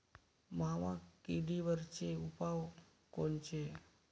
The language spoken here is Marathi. मावा किडीवरचे उपाव कोनचे?